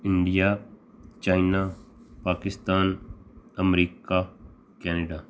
India China Pakistan America Canada